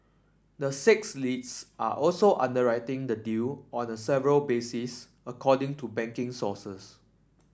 the six leads are also underwriting the deal on the several basis according to banking sources